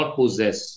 possess